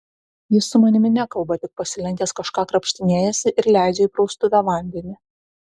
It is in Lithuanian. jis su manimi nekalba tik pasilenkęs kažką krapštinėjasi ir leidžia į praustuvę vandenį